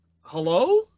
hello